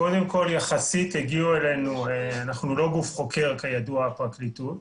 קודם כל אנחנו לא גוף חוקר, כידוע, הפרקליטות.